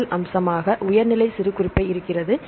முதல் அம்சமாக உயர் நிலை சிறுகுறிப்பை இருக்குறது